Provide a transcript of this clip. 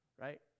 right